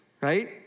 right